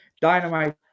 dynamite